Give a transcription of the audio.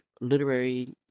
literary